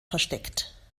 versteckt